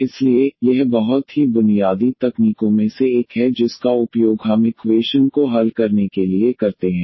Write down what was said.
इसलिए यह बहुत ही बुनियादी तकनीकों में से एक है जिसका उपयोग हम डिफरेंशियल इक्वेशन को हल करने के लिए करते हैं